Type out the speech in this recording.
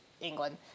England